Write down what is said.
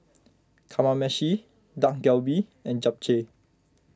Kamameshi Dak Galbi and Japchae